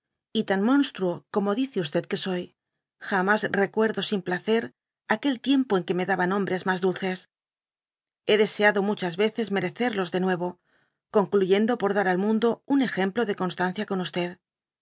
y tan monstruo como dic d que soy jatoas recuerdo sin placer aquel tiempo en que me daba nombres mas dulces hé deseado muchas veces merecerlos de nnevoconcluyendo por dar al mundo un ejemplo de eonstancia con